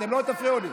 אתם לא תפריעו לי.